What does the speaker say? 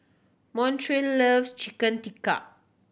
Montrell loves Chicken Tikka